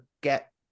get